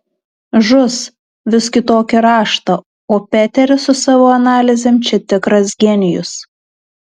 žus vis kitokį raštą o peteris su savo analizėm čia tikras genijus